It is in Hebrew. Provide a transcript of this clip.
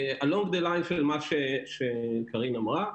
along the line של מה שקרין נהון אמרה,